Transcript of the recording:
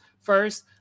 first